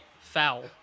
foul